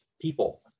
people